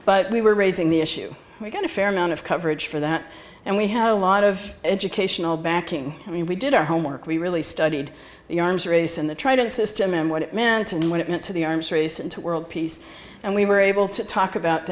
but we were raising the issue we're going to fair amount of coverage for that and we have a lot of educational backing and we did our homework we really studied the arms race and the try to that system and what it meant and what it meant to the arms race and to world peace and we were able to talk about